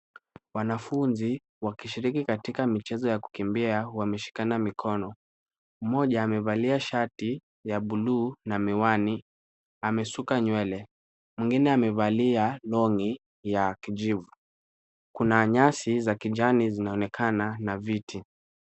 Wanafunzi wakishiriki katika michezo ya kukimbia wameshikana mikono. Mmoja amevalia shati la blue na miwani amesuka nywele. Mwingine amevalia long'i ya kijivu. Kuna nyasi za kijani zinaonekana na viti.